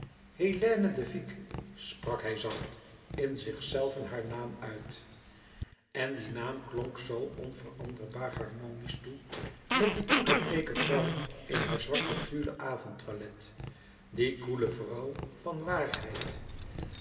vicq sprak hij zacht in zichzelven haar naam uit en die naam klonk zoo onveranderbaar harmonisch toe met die koele bleeke vrouw in haar zwart tulle avondtoilet die koele vrouw van waarheid